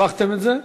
הפכתם את זה?